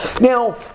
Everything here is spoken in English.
Now